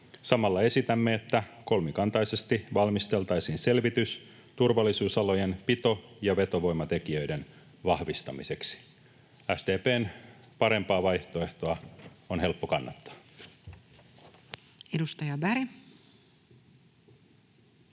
Samalla esitämme, että kolmikantaisesti valmisteltaisiin selvitys turvallisuusalojen pito- ja vetovoimatekijöiden vahvistamiseksi. SDP:n parempaa vaihtoehtoa on helppo kannattaa. [Speech 230]